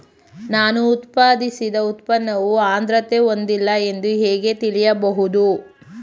ನಾನು ಉತ್ಪಾದಿಸಿದ ಉತ್ಪನ್ನವು ಆದ್ರತೆ ಹೊಂದಿಲ್ಲ ಎಂದು ಹೇಗೆ ತಿಳಿಯಬಹುದು?